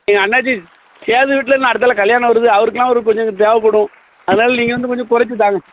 அண்ணாச்சி சேது வீட்டில எல்லாம் அடுத்தாபுல கல்யாணம் வருது அவருக்கெலாம் ஒரு கொஞ்ச கொஞ்சம் தேவைப்படும் அதனால் நீங்கள் வந்து கொஞ்சம் குறச்சி தாங்க